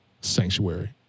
sanctuary